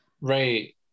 Right